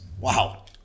Wow